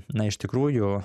na iš tikrųjų